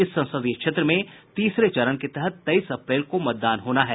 इस संसदीय क्षेत्र में तीसरे चरण के तहत तेईस अप्रैल को मतदान होना है